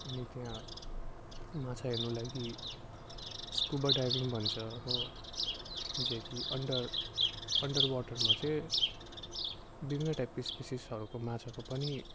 अनि त्यहाँ माछा हेर्नु लागि स्कुबा डाइभिङ भन्छ हो जो कि अन्डर अन्डर वाटरमा चाहिँ विभिन्न टाइपको स्पेसिसहरूको माछाको पनि